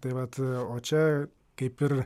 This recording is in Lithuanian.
tai vat o čia kaip ir